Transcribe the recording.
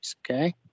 Okay